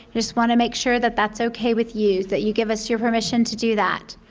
just want to make sure that that's okay with you, that you give us your permission to do that.